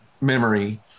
memory